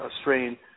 strain